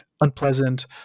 unpleasant